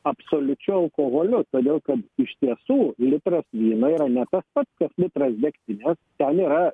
absoliučiu alkoholiu todėl kad iš tiesų litras vyno yra ne tas pats kas litrą degtinės ten yra